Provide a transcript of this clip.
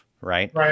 Right